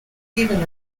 given